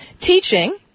teaching